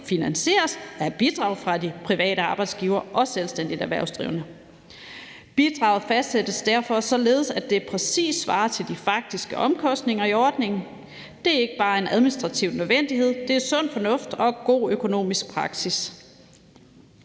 finansieres af bidrag fra de private arbejdsgivere og de selvstændige erhvervsdrivende. Bidrag fastsætte således, at det præcis svarer til de faktiske omkostninger i ordningen. Det er ikke bare en administrativ nødvendighed; det er sund fornuft og god økonomisk praksis.